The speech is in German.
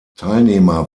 teilnehmer